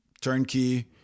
turnkey